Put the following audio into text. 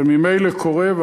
זה ממילא קורה.